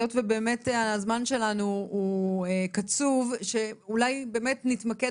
היות ובאמת הזמן שלנו הוא קצוב שאולי באמת נתמקד